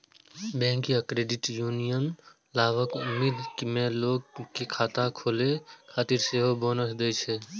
bank या credit union लाभक उम्मीद मे लोग कें खाता खोलै खातिर सेहो बोनस दै छै